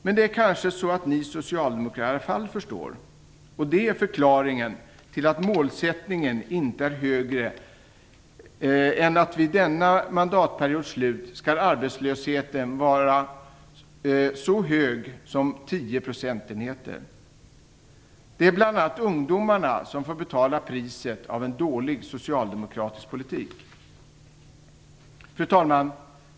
Men det är kanske så att ni socialdemokrater i alla fall förstår, och att det är förklaringen till att målsättningen inte är högre än att vid denna mandatperiods slut skall arbetslösheten vara så hög som 10 procentenheter. Det är bl.a. ungdomarna som får betala priset för en dålig socialdemokratisk politik. Fru talman!